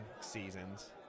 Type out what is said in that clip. seasons